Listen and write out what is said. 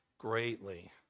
greatly